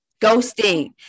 Ghosting